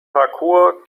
parkour